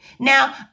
Now